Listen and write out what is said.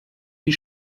die